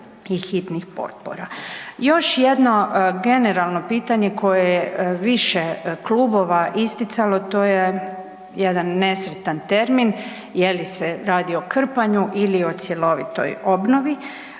i hitnih potpora. Još jedno generalno pitanje koje je više klubova isticalo, to je jedan nesretan termin je li se radi o krpanju ili o cjelovitoj obnovi?